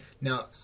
Now